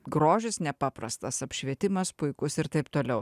grožis nepaprastas apšvietimas puikus ir taip toliau